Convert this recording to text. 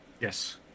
Yes